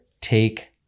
Take